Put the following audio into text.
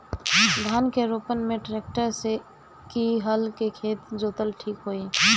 धान के रोपन मे ट्रेक्टर से की हल से खेत जोतल ठीक होई?